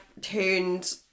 turned